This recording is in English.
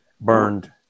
burned